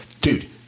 dude